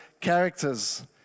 characters